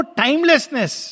timelessness